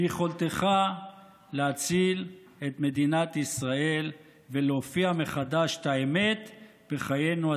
ביכולתך להציל את מדינת ישראל ושהופיע מחדש האמת בחיינו הציבוריים.